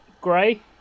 grey